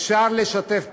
אפשר לשתף פעולה.